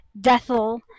Deathel